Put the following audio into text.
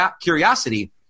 curiosity